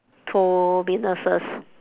to businesses